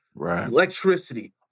electricity